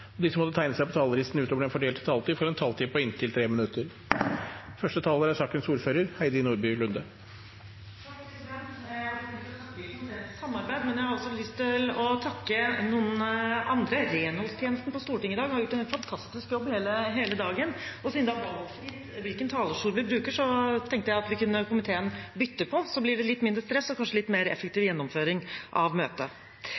minutter. Jeg hadde tenkt å takke komiteen for samarbeidet, men jeg har også lyst til å takke noen andre. Renholdstjenesten på Stortinget har gjort en fantastisk jobb hele dagen, og siden det er valgfritt hvilken talerstol vi bruker, tenkte jeg at vi i komiteen kunne bytte på, slik at det blir litt mindre stress og litt mer